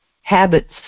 habits